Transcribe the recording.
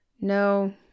No